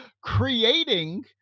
creating